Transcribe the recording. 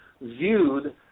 Viewed